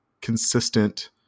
consistent